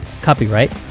Copyright